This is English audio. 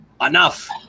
enough